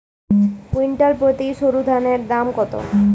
Quintal প্রতি সরুধানের দাম কত?